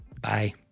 bye